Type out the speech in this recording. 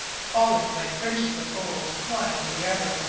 falling like fringes of gold one over the other,